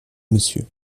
monsieur